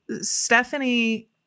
Stephanie